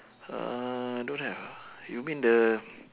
uh don't have ah you mean the